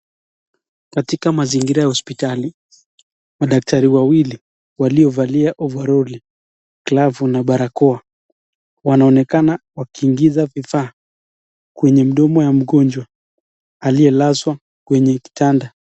Katika mazingira ya hospitali, madaktari wawili waliovalia ovaroli, glavu na barakoa wanaonekana wakiingiza vifaa kwenye mdomo ya mgonjwa aliyelazwa kwenye kitanda.